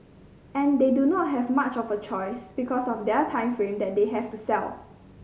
and they do not have much of a choice because of their time frame that they have to sell